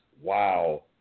wow